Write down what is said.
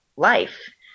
life